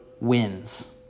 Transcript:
wins